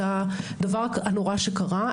את הדבר הנורא שקרה,